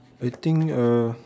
I think uh